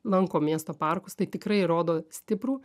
lankom miesto parkus tai tikrai rodo stiprų